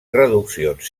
reduccions